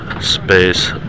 space